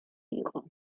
იყო